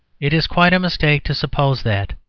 it is quite a mistake to suppose that,